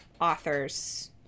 authors